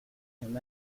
him